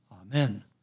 Amen